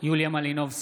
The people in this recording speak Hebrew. יוליה מלינובסקי,